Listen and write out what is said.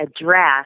address